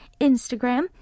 Instagram